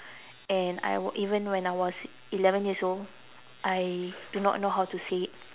and I even when I was eleven years old I do not know how to say it